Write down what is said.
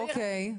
אוקי.